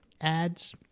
ads